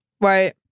Right